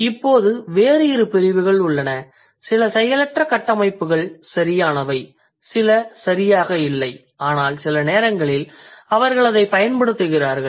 இப்போது வேறு இரு பிரிவுகள் உள்ளன சில செயலற்ற கட்டமைப்புகள் சரியானவை சில சரியாக இல்லை ஆனால் சில நேரங்களில் அவர்கள் அதைப் பயன்படுத்துகிறார்கள்